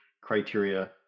criteria